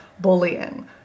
bullying